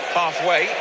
halfway